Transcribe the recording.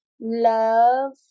love